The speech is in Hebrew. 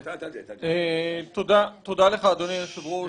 תודה לך אדוני היושב-ראש.